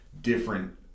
different